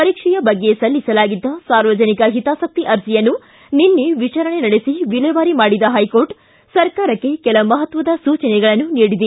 ಪರೀಕ್ಷೆಯ ಬಗ್ಗೆ ಸಲ್ಲಿಸಲಾಗಿದ್ದ ಸಾರ್ವಜನಿಕ ಹಿತಾಸಕ್ತಿ ಅರ್ಜಿಯನ್ನು ನಿನ್ನೆ ವಿಚಾರಣೆ ನಡೆಸಿ ವಿಲೇವಾರಿ ಮಾಡಿದ ಕೋರ್ಟ್ ಸರಕಾರಕ್ಕೆ ಕೆಲ ಮಹತ್ವದ ಸೂಚನೆಗಳನ್ನು ನೀಡಿದೆ